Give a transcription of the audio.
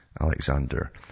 Alexander